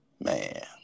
man